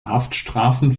haftstrafen